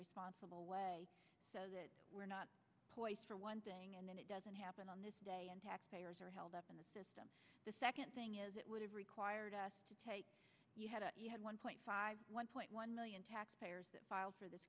responsible way so that we're not poised for one thing and then it doesn't happen on this day and taxpayers are held up in the system the second thing is it would have required us to take you had a you had one point five one point one million taxpayers that filed for this